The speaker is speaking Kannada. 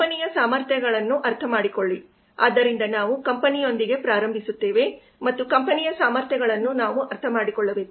ಕಂಪನಿಯ ಸಾಮರ್ಥ್ಯಗಳನ್ನು ಅರ್ಥಮಾಡಿಕೊಳ್ಳಿ ಆದ್ದರಿಂದ ನಾವು ಕಂಪನಿಯೊಂದಿಗೆ ಪ್ರಾರಂಭಿಸುತ್ತೇವೆ ಮತ್ತು ಕಂಪನಿಯ ಸಾಮರ್ಥ್ಯಗಳನ್ನು ನಾವು ಅರ್ಥಮಾಡಿಕೊಳ್ಳಬೇಕು